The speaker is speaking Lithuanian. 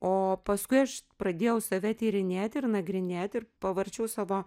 o paskui aš pradėjau save tyrinėti ir nagrinėti ir pavarčiau savo